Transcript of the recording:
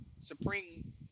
supreme